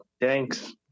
Thanks